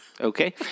Okay